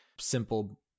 simple